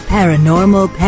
Paranormal